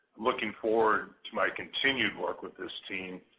looking forward to my continued work with this team,